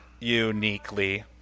uniquely